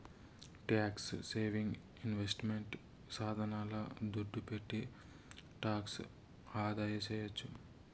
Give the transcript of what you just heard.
tax saving investment సాధనాల దుడ్డు పెట్టి టాక్స్ ఆదాసేయొచ్చు